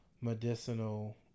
medicinal